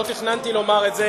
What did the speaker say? לא תכננתי לומר את זה.